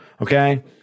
Okay